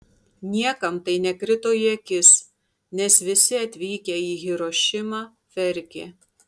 niekam tai nekrito į akis nes visi atvykę į hirošimą verkė